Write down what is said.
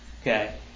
okay